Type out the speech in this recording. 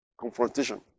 confrontation